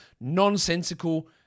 nonsensical